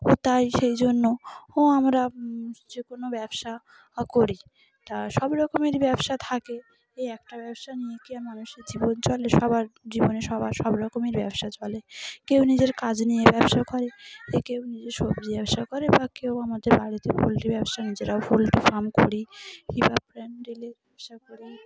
ও তাই সেই জন্য ও আমরা যে কোনো ব্যবসা করি তা সব রকমেরই ব্যবসা থাকে এই একটা ব্যবসা নিয়ে কি আর মানুষের জীবন চলে সবার জীবনে সবার সব রকমের ব্যবসা চলে কেউ নিজের কাজ নিয়ে ব্যবসা করে এ কেউ নিজের সবজি ব্যবসা করে বা কেউ আমাদের বাড়িতে পোলট্রি ব্যবসা নিজেরাও পোলট্রি ফার্ম করি কি বা প্যান্ডেলের ব্যবসা করি